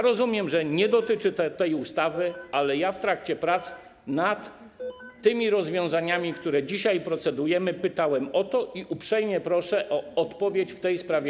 Rozumiem, że nie dotyczy to tej ustawy, ale w trakcie prac nad tymi rozwiązaniami, nad którymi dzisiaj procedujemy, pytałem o to, i uprzejmie proszę o odpowiedź w tej sprawie